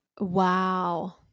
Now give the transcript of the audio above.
Wow